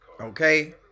okay